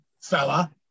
fella